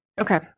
okay